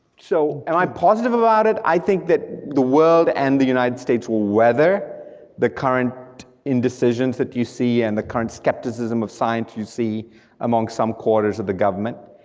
so i'm positive about it, i think that the world and the united states will weather the current indecision that you see and the current skepticism of science you see among some quarters of the government.